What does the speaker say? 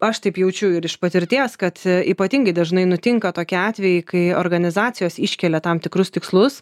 aš taip jaučiu ir iš patirties kad ypatingai dažnai nutinka tokie atvejai kai organizacijos iškelia tam tikrus tikslus